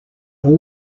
all